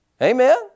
Amen